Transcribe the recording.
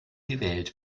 gewählt